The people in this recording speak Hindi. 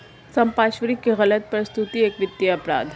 संपार्श्विक की गलत प्रस्तुति एक वित्तीय अपराध है